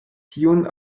tiun